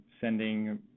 sending